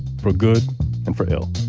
for good and for ill